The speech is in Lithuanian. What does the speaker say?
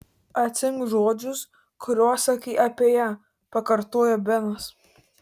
atsiimk žodžius kuriuos sakei apie ją pakartojo benas